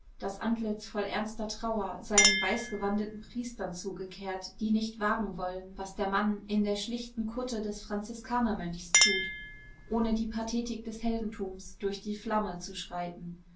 das antlitz voll ernster trauer seinen weißgewandeten priestern zugekehrt die nicht wagen wollen was der mann in der schlichten kutte des franziskanermönchs tut ohne die pathetik des heldentums durch die flamme zu schreiten